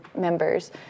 members